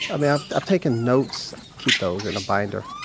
i mean, i've i've taken notes. i keep those in a binder.